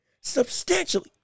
substantially